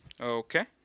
Okay